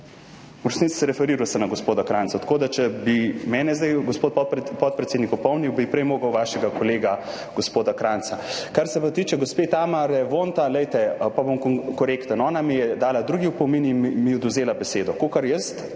resnici referiral na gospoda Krajnca. Tako da če bi mene zdaj gospod podpredsednik opomnil, bi prej moral vašega kolega gospoda Krajnca. Kar se pa tiče gospe Tamare Vonta. Bom korekten. Ona mi je dala drugi opomin in mi je odvzela besedo. Kolikor jaz